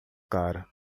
cara